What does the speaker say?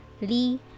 Lee